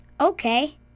Okay